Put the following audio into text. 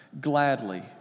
gladly